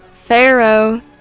Pharaoh